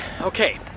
Okay